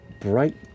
bright